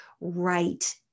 right